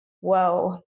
Whoa